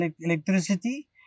electricity